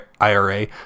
IRA